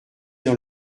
dans